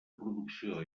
producció